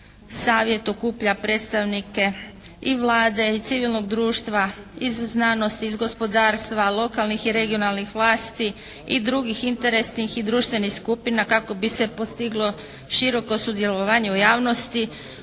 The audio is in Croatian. savjet okuplja predstavnike i Vlade i civilnog društva iz znanosti, iz gospodarstva, lokalnih i regionalnih vlasti i drugih interesnih i društvenih skupina kako bi se postiglo široko sudjelovanje u javnosti,